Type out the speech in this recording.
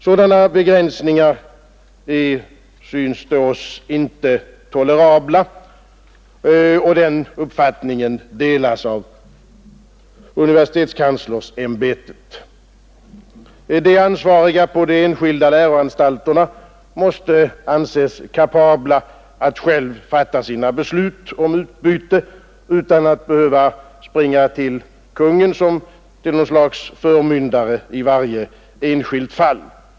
Sådana begränsningar är, synes det oss, inte tolerabla, och den uppfattningen delas av universitetskanslersämbetet. De ansvariga vid de enskilda läroanstalterna måste anses kapabla att själva fatta beslut om utbyte utan att behöva springa till Kungl. Maj:t som något slags förmyndare i varje enskilt fall.